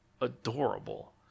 adorable